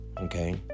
okay